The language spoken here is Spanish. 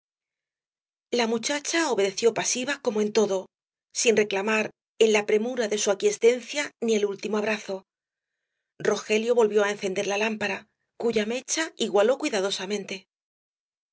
la muchacha obedeció pasiva como en todo sin reclamar en la premura de su aquiescencia ni el último abrazo rogelio volvió á encender la lámpara cuya mecha igualó cuidadosamente